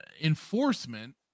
enforcement